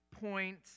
point